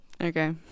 okay